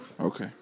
Okay